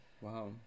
Wow